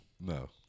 No